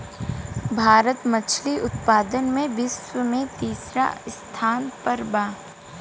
भारत मछली उतपादन में विश्व में तिसरा स्थान पर बा